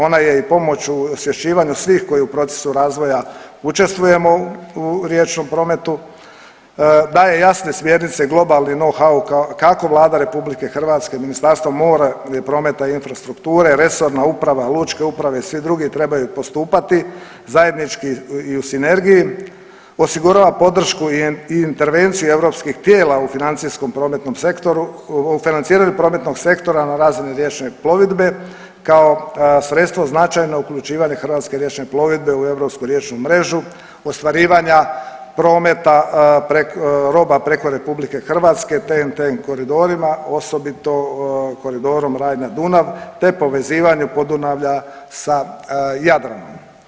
Ona je i pomoć u osvješćivanju svih koji u procesu razvoja učestvujemo u riječnom prometu, daje jasne smjernice globalni know how, kako Vlada Republike Hrvatske, Ministarstvo mora, prometa i infrastrukture, resorna uprava, lučke uprave i svi drugi trebaju postupati zajednički i u sinergiji, osigurava podršku i intervenciju europskih tijela u financijskom prometnom sektoru, u financiranju prometnog sektora na razini riječne plovidbe kao sredstvo značajno uključivanje hrvatske riječne plovidbe u europsku riječnu mrežu ostvarivanja prometa roba preko Republike Hrvatske, TEN-T koridorima osobito koridorom Reina – Dunav, te povezivanju Podunavlja sa Jadranom.